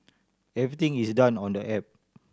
everything is done on the app